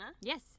Yes